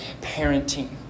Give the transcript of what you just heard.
parenting